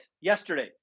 yesterday